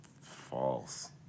False